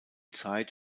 zeit